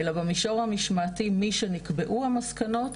אלא במישור המשמעתי משנקבעו המסקנות,